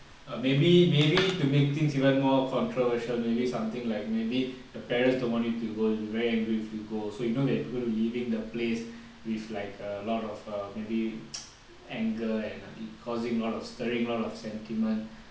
err maybe maybe to make things even more controversial maybe something like maybe the parents don't want you to go they will be angry if you go so you know that you going to be leaving the place with like a lot of err maybe anger and it cause you a lot of stirring a lot of sentiment